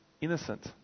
innocent